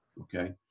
Okay